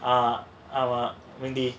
ஆமா:aamaa